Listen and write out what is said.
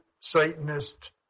Satanist